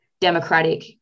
democratic